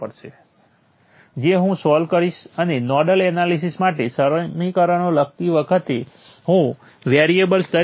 તેથી V એ આ મેટ્રિક્સ ગુણ્યા I નો વ્યસ્ત હશે હું આ ચોરસ કૌંસ બતાવી રહ્યો છું કે તે એક મેટ્રિક્સ છે